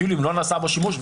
אפילו אם לא נעשה בו שימוש,